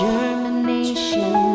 Germination